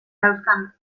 dauzkan